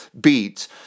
Beats